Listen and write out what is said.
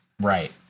Right